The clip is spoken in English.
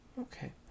Okay